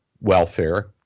welfare